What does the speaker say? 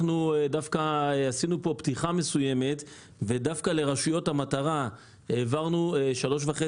אנחנו דווקא עשינו פה פתיחה מסוימת ודווקא לרשויות המטרה העברנו 3.5